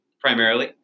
primarily